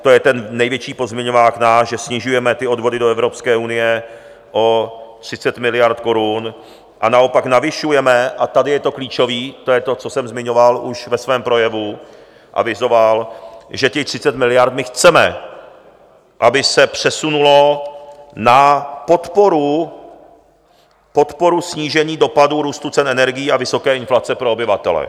To je právě ten největší náš pozměňovák, že snižujeme odvody do Evropské unie o 30 miliard korun a naopak navyšujeme a tady je to klíčové, to je to, co jsem zmiňoval už ve svém projevu, avizoval že těch 30 miliard my chceme, aby se přesunulo na podporu snížení dopadu růstu cen energií a vysoké inflace pro obyvatele.